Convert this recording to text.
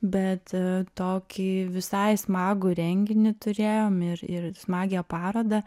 bet tokį visai smagų renginį turėjom ir ir smagią parodą